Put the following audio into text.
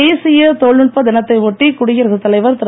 தேசிய தொழில்நுட்ப தினத்தை ஒட்டி குடியரசுத் தலைவர் திரு